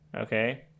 Okay